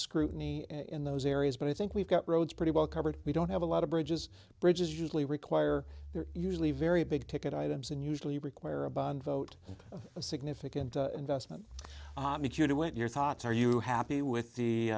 scrutiny in those areas but i think we've got roads pretty well covered we don't have a lot of bridges bridges usually require usually very big ticket items and usually require a bond vote a significant investment if you do want your thoughts are you happy with the